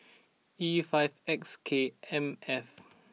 E five X K M F